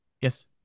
yes